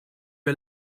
are